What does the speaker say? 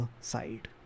side